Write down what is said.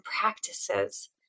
practices